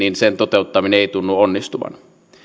toteuttaminen ei tunnu onnistuvan